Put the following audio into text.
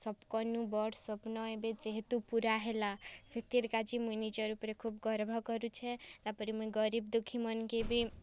ସବକନୁ ବଡ଼ ସ୍ଵପ୍ନ ଏବେ ଯେହେତୁ ପୂରା ହେଲା ସେଥିରକାଯେ ମୁଇଁ ନିଜର୍ ଉପରେ ଖୋବ୍ ଗର୍ଭ କରୁଛେଁ ତା'ପରେ ମୁଇଁ ଗରିବ ଦୁଃଖି ମାନକେ ବି